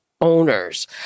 owners